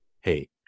Hey